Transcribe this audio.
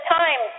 time